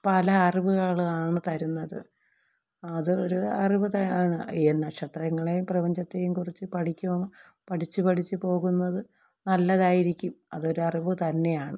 പല അറിവുകളാണ് തരുന്നത് അത് ഒരു അറിവ് ആണ് നക്ഷത്രങ്ങളെയും പ്രപഞ്ചത്തെയും കുറിച്ച് പഠിക്കും പഠിച്ച് പഠിച്ച് പോകുന്നത് നല്ലതായിരിക്കും അതൊരു അറിവു തന്നെയാണ്